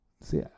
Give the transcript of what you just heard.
see